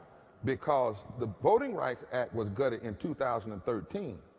because the voting rights act was gutting in two thousand and thirteen.